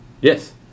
Yes